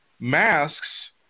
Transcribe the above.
masks